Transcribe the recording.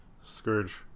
Scourge